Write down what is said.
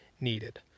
needed